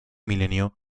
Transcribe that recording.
milenio